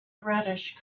reddish